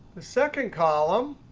the second column,